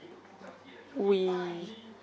we